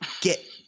get